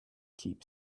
keep